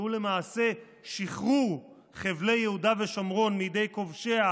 שהוא למעשה שחרור חבלי יהודה ושומרון מידי כובשיה